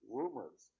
rumors